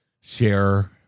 share